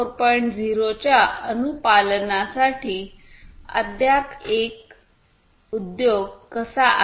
0 च्या अनुपालनासाठी अद्याप एक उद्योग कसा आहे